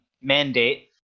mandate